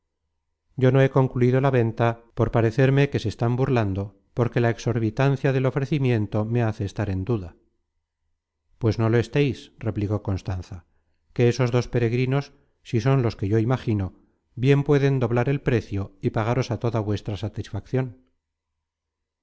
yo no he concluido la venta por parecerme que se están burlando porque la exorbitancia del ofrecimiento me hace estar en duda pues no lo estéis replicó constanza que esos dos peregrinos si son los que yo imagino bien pueden doblar el precio y pagaros á toda vuestra satisfaccion